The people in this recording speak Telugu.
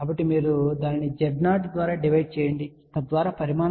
కాబట్టి మీరు దానిని Z0 ద్వారా డివైడ్ చేయండి తద్వారా పరిమాణం లేనిది అవుతుంది